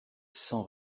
cent